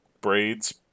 braids